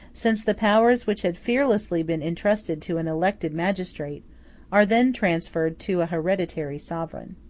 since the powers which had fearlessly been intrusted to an elected magistrate are then transferred to a hereditary sovereign.